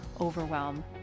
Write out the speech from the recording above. overwhelm